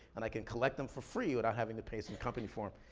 and i can collect them for free without having to pay some company for